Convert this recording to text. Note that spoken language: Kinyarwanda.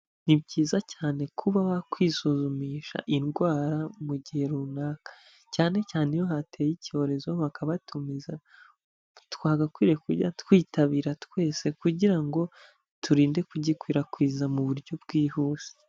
Ni byiza cyane kuba kwisuzumisha indwara mu gihe runaka, cyane cyane iyo hateye icyorezo bakabatumiza, twagakwiriye kujya twitabira twese kugira ngo turinde kugikwirakwiza mu buryo bwihuse.